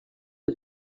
els